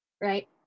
right